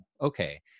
okay